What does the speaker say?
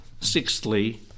sixthly